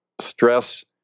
stress